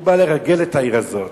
הוא בא לרגל את העיר הזאת,